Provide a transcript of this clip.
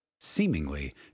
seemingly